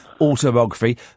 autobiography